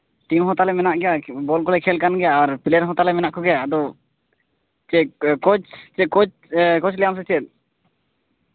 team ᱦᱚᱸ ᱛᱟᱞᱮ ᱢᱮᱱᱟᱜ ᱜᱮᱭᱟ ᱵᱚᱞ ᱠᱚᱞᱮ ᱠᱷᱮᱞ ᱠᱟᱱ ᱜᱮᱭᱟ ᱟᱨ ᱯᱞᱮᱭᱟᱨ ᱠᱚᱛᱟᱞᱮ ᱦᱚᱸ ᱢᱮᱱᱟᱜ ᱠᱚᱜᱮᱭᱟ ᱟᱫᱚ ᱪᱮᱫ ᱠᱳᱪ ᱪᱮᱫ ᱠᱳᱪ ᱠᱳᱪ ᱞᱮᱭᱟᱢ ᱥᱮ ᱪᱮᱫ